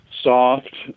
soft